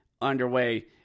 Underway